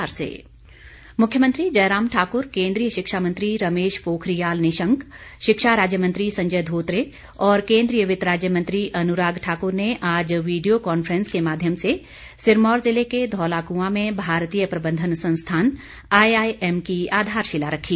IIM मुख्यमंत्री जयराम ठाकुर केंद्रीय शिक्षा मंत्री रमेश पोखरियाल निशंक शिक्षा राज्य मंत्री संजय धोत्रे और केंद्रीय वित्त राज्य मंत्री अनुराग ठाकुर ने आज वीडियो कांफ्रेंस के माध्यम से सिरमौर ज़िले के धौलाक़आं में भारतीय प्रबंधन संस्थान आईआईएम की आधारशिला रखी